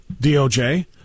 DOJ